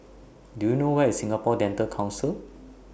Do YOU know Where IS Singapore Dental Council